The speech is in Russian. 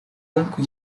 гонку